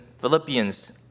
Philippians